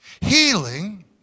Healing